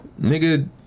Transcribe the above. nigga